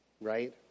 Right